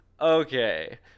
Okay